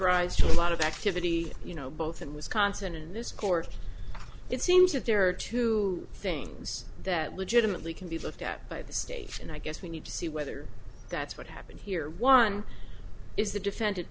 to a lot of activity you know both in wisconsin and this court it seems that there are two things that legitimately can be looked at by the state and i guess we need to see whether that's what happened here one is the defendant